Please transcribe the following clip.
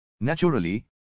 Naturally